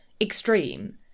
extreme